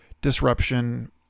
disruption